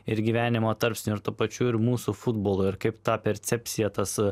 ir gyvenimo tarpsnio ir tuo pačiu ir mūsų futbolo ir kaip ta percepcija tas